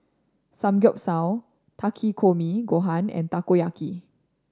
Samgeyopsal Takikomi Gohan and Takoyaki